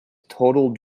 total